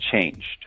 changed